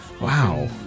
Wow